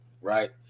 right